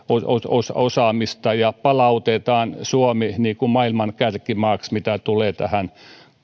osaamista ja palautetaan suomi maailman kärkimaaksi mitä tulee tähän